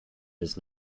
does